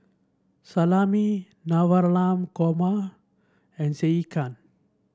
Salami Navratan Korma and Sekihan